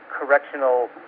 correctional